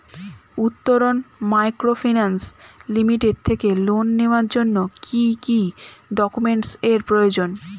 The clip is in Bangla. উত্তরন মাইক্রোফিন্যান্স লিমিটেড থেকে লোন নেওয়ার জন্য কি কি ডকুমেন্টস এর প্রয়োজন?